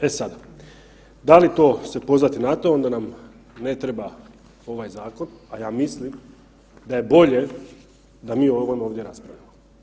E sad, da li to se pozvati na to, onda nam ne treba ovaj zakon, a ja mislim da je bolje da mi o ovom ovdje raspravljamo.